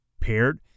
paired